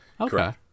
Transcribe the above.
Okay